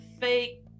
fake